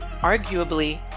Arguably